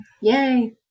Yay